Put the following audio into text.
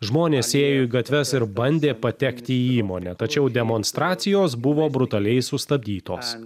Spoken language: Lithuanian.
žmonės ėjo į gatves ir bandė patekti į įmonę tačiau demonstracijos buvo brutaliai sustabdytos